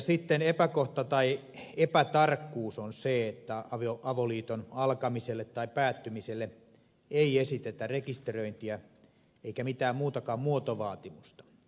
sitten epäkohta epätarkkuus on se että avoliiton alkamiselle tai päättymiselle ei esitetä rekisteröintiä eikä mitään muutakaan muotovaatimusta